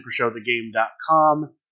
supershowthegame.com